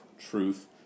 truth